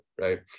right